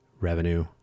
revenue